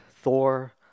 Thor